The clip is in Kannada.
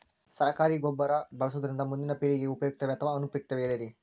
ಸರಕಾರಿ ಗೊಬ್ಬರ ಬಳಸುವುದರಿಂದ ಮುಂದಿನ ಪೇಳಿಗೆಗೆ ಉಪಯುಕ್ತವೇ ಅಥವಾ ಅನುಪಯುಕ್ತವೇ ಹೇಳಿರಿ